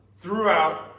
throughout